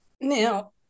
now